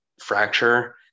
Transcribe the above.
fracture